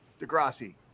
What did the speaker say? degrassi